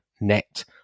net